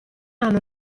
hanno